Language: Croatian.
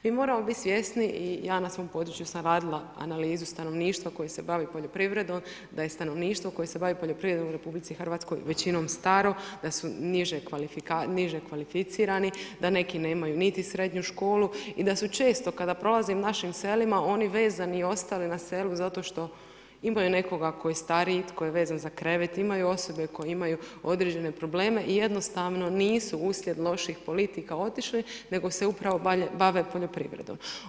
Mi moramo biti svjesni i ja na svom području sam radila analizu stanovništva koje se bavi poljoprivredom da je stanovništvo koje se bavi poljoprivredom u RJ većinom starom, da su niže kvalificirani, da neki nemaju niti srednju školu i da su često kada prolazim našim selima oni vezani i ostali na selu zato što imaju nekoga tko je stariji, tko je vezan za krevet, imaju osobe koje imaju određene probleme i jednostavno nisu uslijed loših politika otišli nego se upravo bave poljoprivredom.